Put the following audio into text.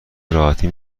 راحتی